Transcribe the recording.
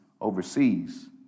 overseas